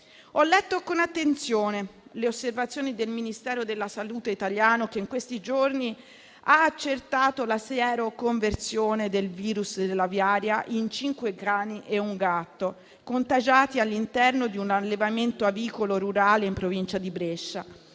Ho letto con attenzione le osservazioni del Ministero della salute italiano, che in questi giorni ha accertato la sieroconversione del virus dell'aviaria in cinque cani e un gatto, contagiati all'interno di un allevamento avicolo rurale in provincia di Brescia